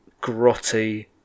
grotty